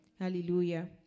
Hallelujah